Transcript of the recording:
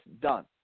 done